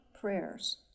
prayers